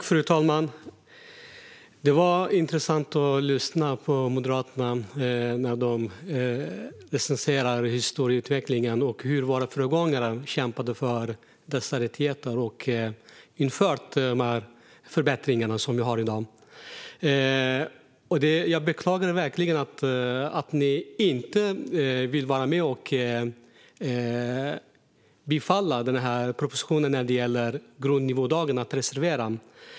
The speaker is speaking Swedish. Fru talman! Det var intressant att lyssna när Moderaterna relaterade historieutvecklingen och hur våra föregångare har kämpat för dessa rättigheter och infört de förbättringar som vi har i dag. Jag beklagar verkligen att Moderaterna inte vill bifalla förslaget i propositionen om att reservera grundnivådagarna.